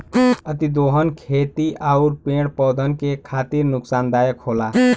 अतिदोहन खेती आउर पेड़ पौधन के खातिर नुकसानदायक होला